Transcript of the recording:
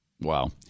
Wow